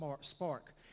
spark